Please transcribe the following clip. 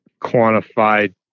quantified